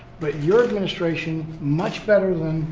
but your administration, much better than